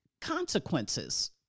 consequences